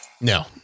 No